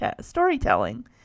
storytelling